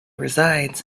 resides